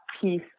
piece